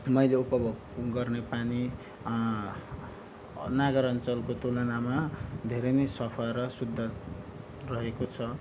मैले उपभोग गर्ने पानी नगर अञ्चलको तुलनामा धेरै नै सफा र शुद्ध रहेको छ